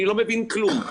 אני לא מבין כלום.